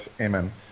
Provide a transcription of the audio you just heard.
Amen